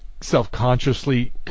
Self-consciously